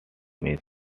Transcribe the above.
miss